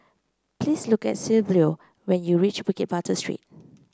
please look for Silvio when you reach Bukit Batok Street